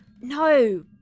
No